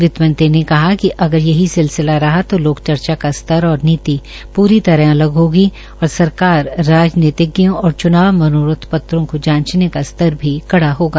वित्तमंत्री ने कहा कि अगर यही सिलसिला रहा तो लोकचर्चा का स्तर होगी और सरकार राजनीतिज्ञों और चुनाव मनोरथ पत्रों को जांचने का स्तर भी कड़ा होगा